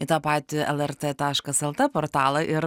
į tą patį elertė taškas eltė portalą ir